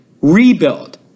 rebuild